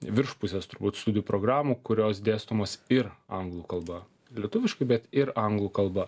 virš pusės turbūt studijų programų kurios dėstomos ir anglų kalba lietuviškai bet ir anglų kalba